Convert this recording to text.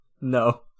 No